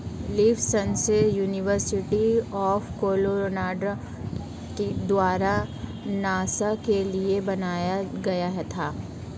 leaf sensor university of Colorado द्वारा नासा के लिए बनाया गया था